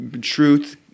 truth